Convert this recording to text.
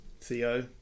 theo